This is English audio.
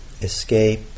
Escape